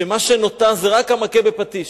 ומה שנותר זה רק המכה בפטיש.